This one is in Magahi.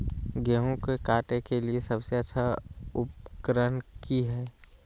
गेहूं के काटे के लिए सबसे अच्छा उकरन की है?